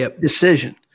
decision